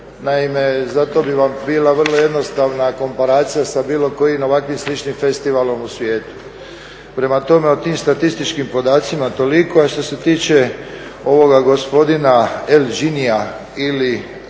naime zato bi vam bila vrlo jednostavna komparacija sa bilo kojim ovakvim sličnim festivalom u svijetu. Prema tome, o tim statističkim podacima toliko. A što se tiče ovoga gospodina L Jinnya ili